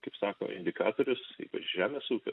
kaip sako indikatorius žemės ūkio